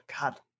God